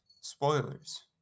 Spoilers